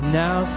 now